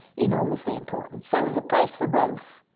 enormously important. so there's a place for both.